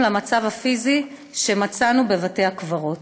אותה למצב הפיזי שמצאנו בבתי הקברות.